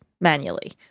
manually